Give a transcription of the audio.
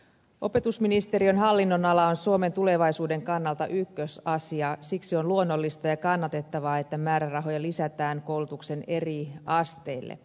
opetusministeriön hallinnonala on suomen tulevaisuuden kannalta ykkösasia siksi on luonnollista ja kannatettavaa että määrärahoja lisätään koulutuksen eri asteille